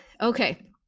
okay